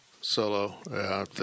Solo